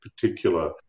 particular